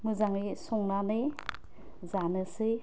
मोजाङै संनानै जानोसै